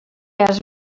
has